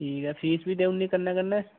ठीक ऐ फीस बी देई औड़नी कन्नै कन्नै